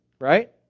right